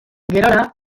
gerora